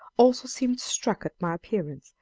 also seemed struck at my appearance,